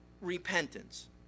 repentance